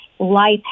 life